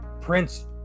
Prince